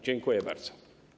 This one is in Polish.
Dziękuję bardzo.